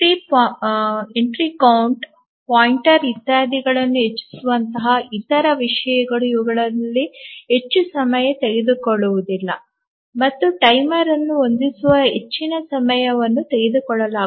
ಪ್ರವೇಶ ಎಣಿಕೆ ಪಾಯಿಂಟರ್ ಇತ್ಯಾದಿಗಳನ್ನು ಹೆಚ್ಚಿಸುವಂತಹ ಇತರ ವಿಷಯಗಳು ಇವುಗಳಿಗೆ ಹೆಚ್ಚು ಸಮಯ ತೆಗೆದುಕೊಳ್ಳುವುದಿಲ್ಲ ಟೈಮರ್ ಅನ್ನು ಹೊಂದಿಸಲು ಹೆಚ್ಚಿನ ಸಮಯವನ್ನು ತೆಗೆದುಕೊಳ್ಳಲಾಗುತ್ತದೆ